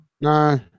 No